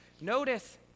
Notice